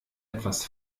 etwas